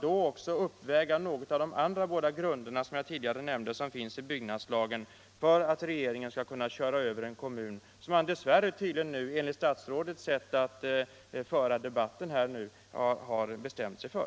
Borde inte någon av de andra både grunder som jag tidigare nämnde och som finns i byggnadslagen uppfyllas för att regeringen skall kunna köra över en kommun på detta sätt? Det tycks ju regeringen, att döma av statsrådets sätt att föra debatten, ha bestämt sig för.